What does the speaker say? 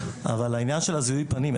אבל העניין של זיהוי פנים,